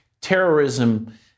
Terrorism